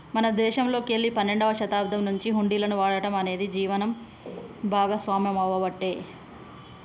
మన దేశంలోకెల్లి పన్నెండవ శతాబ్దం నుంచే హుండీలను వాడటం అనేది జీవనం భాగామవ్వబట్టే